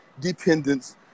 dependence